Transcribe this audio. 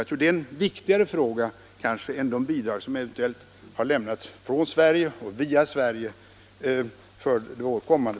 Den frågan är kanske för vår kommande politik viktigare än frågan om de bidrag som eventuellt har lämnats från Sverige och via Sverige.